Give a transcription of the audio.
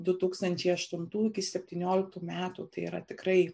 du tūkstančiai aštuntų iki septynioliktų metų tai yra tikrai